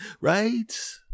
Right